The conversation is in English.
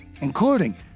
including